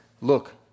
look